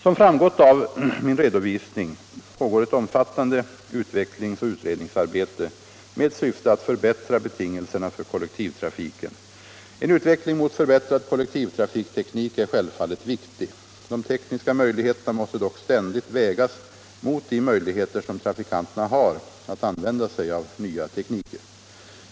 Som framgått av min redovisning bedrivs ett omfattande utvecklingsoch utredningsarbete med syfte att förbättra betingelserna för kollektivtrafiken. En utveckling mot förbättrad kollektivtrafikteknik är självfallet viktig. De tekniska förutsättningarna måste dock ständigt vägas mot de möjligheter som trafikanterna har att använda sig av nya tekniker.